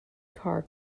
car